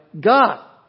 God